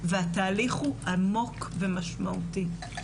והתהליך הוא עמוק ומשמעותי.